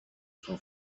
son